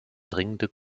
dringende